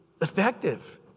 effective